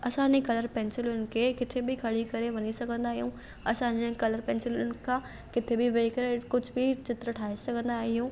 असां इन कलर पेंसिलुनि खे किथे बि खणी करे वञी सघंदा आहियूं असां जीअं कलर पेंसिलुनि खां किथे बि वेही करे कुझु बि चित्र ठाहे सघंदा आहियूं